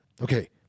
Okay